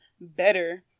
better